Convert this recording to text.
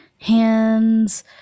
hands